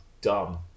dumb